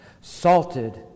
salted